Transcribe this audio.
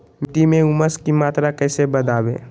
मिट्टी में ऊमस की मात्रा कैसे बदाबे?